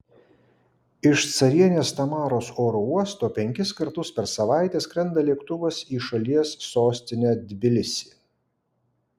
iš carienės tamaros oro uosto penkis kartus per savaitę skrenda lėktuvas į šalies sostinę tbilisį